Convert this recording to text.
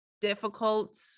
difficult